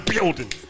building